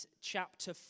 chapter